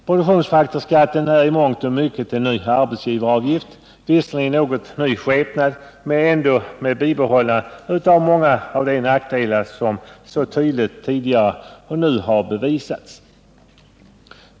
Produktionsfaktorsskatten är i mångt och mycket en arbetsgivaravgift, visserligen i något ny skepnad men ändå med bibehållande av många av de nackdelar som så tydligt påvisats.